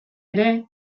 ere